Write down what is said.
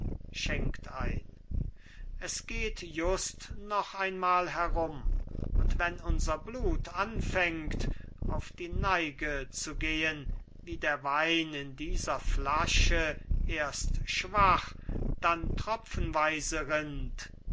es geht just noch ein mal herum und wenn unser blut anfängt auf die neige zu gehen wie der wein in dieser flasche erst schwach dann tropfenweise rinnt